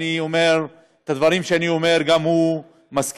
אני אומר את הדברים שאני אומר וגם הוא מסכים,